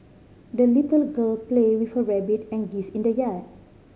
the little girl played with her rabbit and geese in the yard